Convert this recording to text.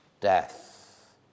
death